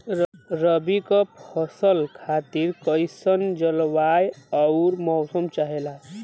रबी क फसल खातिर कइसन जलवाय अउर मौसम चाहेला?